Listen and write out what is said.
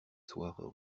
soirs